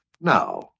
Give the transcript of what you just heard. now